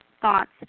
thoughts